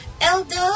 Elder